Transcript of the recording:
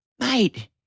Mate